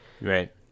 Right